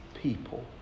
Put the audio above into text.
people